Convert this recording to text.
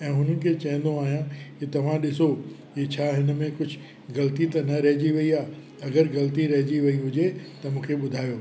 ऐं हुन खे चईंदो आहियां कि तव्हां ॾिसो कि छा इन में कुझु ग़लती त न रहिजी वई आहे अगरि ग़लती रहिजी वई हुजे त मूंखे ॿुधायो